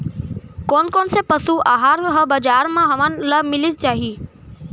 कोन कोन से पसु आहार ह बजार म हमन ल मिलिस जाही?